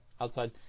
Outside